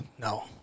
No